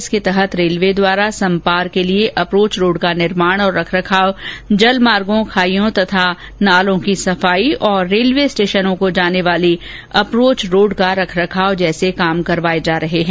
इसके तहत रेलवे द्वारा सम पार के लिए अप्रोच रोड का निर्माण और रखरखाव जलमार्गो खाइयों तथा नालों की सफाई और रेलवे स्टेशनों को जाने वाली अप्रोच रोड का रखरखाव जैसे कार्य करवाये जा रहे हैं